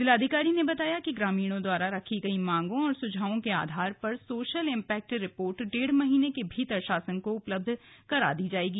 जिलाधिकारी ने बताया कि ग्रामीणों द्वारा रखी मांगों और सुझावों के आधार पर सोशल इम्पेक्ट रिपोर्ट डेढ़ महीने के भीतर शासन को उपलब्ध करा दी जायेगी